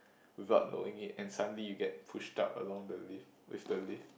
without knowing it and suddenly you get pushed up along the lift